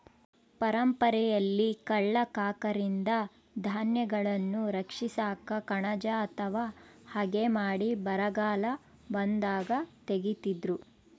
ಪರಂಪರೆಯಲ್ಲಿ ಕಳ್ಳ ಕಾಕರಿಂದ ಧಾನ್ಯಗಳನ್ನು ರಕ್ಷಿಸಾಕ ಕಣಜ ಅಥವಾ ಹಗೆ ಮಾಡಿ ಬರಗಾಲ ಬಂದಾಗ ತೆಗೀತಿದ್ರು